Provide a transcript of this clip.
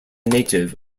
native